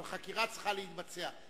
אבל חקירה צריכה להתבצע.